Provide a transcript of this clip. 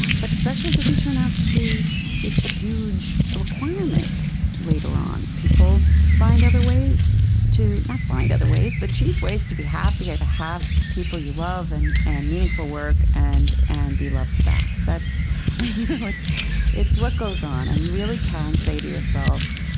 but special doesn't turn out to be this huge requirement later on. people find other ways to not find other ways the chief ways to be happy are to have people you love, and and meaningful work, and and be loved back. and you know it's it's what goes on. and you really can say to yourself,